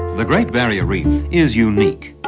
the great barrier reef is unique.